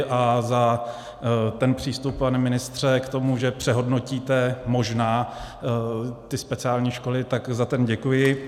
A za ten přístup, pane ministře, k tomu, že přehodnotíte možná ty speciální školy, tak za ten děkuji.